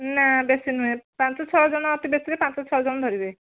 ନା ବେଶୀ ନୁହେଁ ପାଞ୍ଚ ଛଅଜଣ ଅତିବେଶୀରେ ପାଞ୍ଚ ଛଅଜଣ ଧରିବେ